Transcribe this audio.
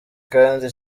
kandi